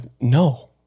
no